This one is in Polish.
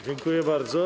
Dziękuję bardzo.